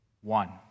one